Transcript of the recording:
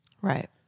Right